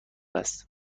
است